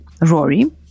Rory